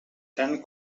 tant